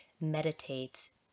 meditates